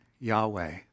Yahweh